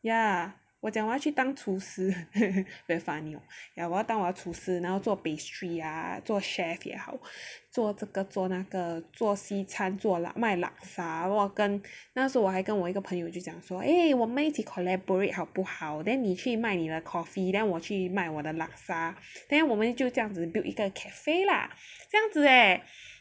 yeah 我讲我要去当厨师 ya very funny hor 我要当厨师然后做 pastry ah 做 chef 也好做这个做那个做西餐做卖 laksa 我那时我还跟我一个朋友就讲说诶我们一起 collaborate 好不好 then 你去卖你的 coffee then 我去卖我的 laksa then 我们就这样子 build 一个 cafe lah 这样子 leh